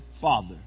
Father